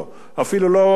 לא הכנסתי